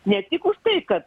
ne tik už tai kad